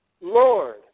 Lord